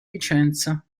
vicenza